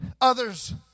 Others